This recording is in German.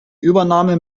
übernahme